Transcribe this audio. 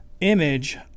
image